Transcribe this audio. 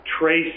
trace